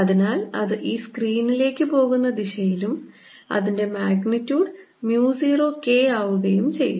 അതിനാൽ അത് ഈ സ്ക്രീനിലേക്ക് പോകുന്ന ദിശയിലും അതിന്റെ മാഗ്നിറ്റ്യൂഡ് mu 0 K ആവുകയും ചെയ്യും